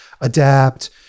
adapt